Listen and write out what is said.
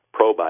probiotics